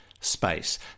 Space